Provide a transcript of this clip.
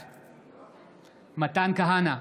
בעד מתן כהנא,